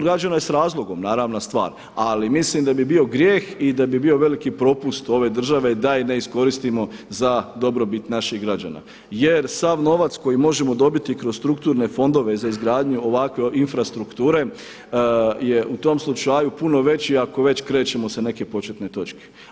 Građena je s razlogom, naravna stvar, ali mislim da bi bio grijeh i da bi bilo veliki propust ove države da je ne iskoristimo za dobrobit naših građana jer sav novac koji možemo dobiti kroz strukturne fondove za izgradnju ovakve infrastrukture je u tom slučaju puno veći ako već krećemo sa neke početne točke.